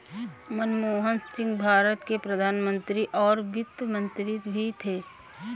मनमोहन सिंह भारत के प्रधान मंत्री और वित्त मंत्री भी थे